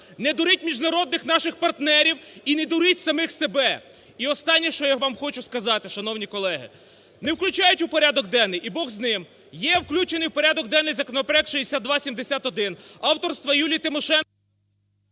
Не дуріть міжнародних наших партнерів. І не дуріть самих себе. І останнє, що я вам хочу сказати, шановні колеги. Не включають у порядок денний – і Бог з ним. Є включений в порядок денний законопроект 6271 авторства Юлії Тимошенко...